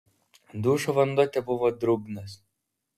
dušo vanduo tebuvo drungnas